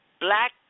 Black